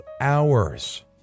hours